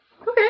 Okay